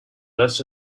rust